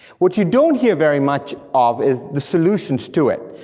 what you don't hear very much of is the solutions to it,